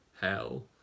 hell